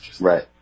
right